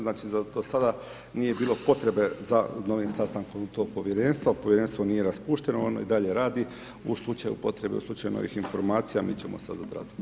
Znači, do sada nije bilo potrebe za novim sastankom tog povjerenstva, povjerenstvo nije raspušteno, ono i dalje radi, u slučaju potrebe, u slučaju novih informacija mi ćemo sada … povjerenstvo.